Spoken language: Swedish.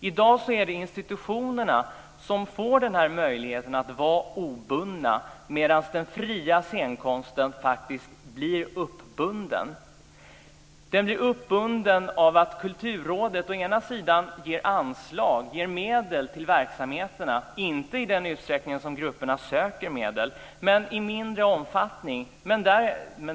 I dag är det institutionerna som får möjlighet att vara obundna, medan den fria scenkonsten faktiskt blir uppbunden. Den blir uppbunden av att Kulturrådet ger medel till verksamheterna, inte i den utsträckning som grupperna söker medel, men i mindre omfattning.